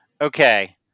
okay